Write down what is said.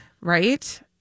Right